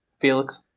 felix